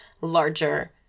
larger